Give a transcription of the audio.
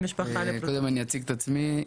אני אציג את עצמי,